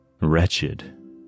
wretched